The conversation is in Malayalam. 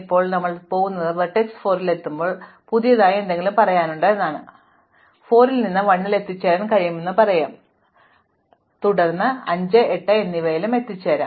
ഇപ്പോൾ ഞങ്ങൾ വെർട്ടെക്സ് 4 ൽ എത്തുമ്പോൾ ഞങ്ങളോട് പുതിയതായി എന്തെങ്കിലും പറയാനുണ്ട് കാരണം ഇപ്പോൾ 4 ൽ നിന്ന് നിങ്ങൾക്ക് തീർച്ചയായും 1 ൽ എത്താൻ കഴിയുമെന്ന് ഇത് പറയുന്നു ഞങ്ങൾക്കറിയാം തുടർന്ന് 5 8 എന്നിവയിലും എത്തിച്ചേരാം